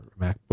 MacBook